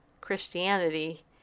christianity